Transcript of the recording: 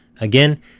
again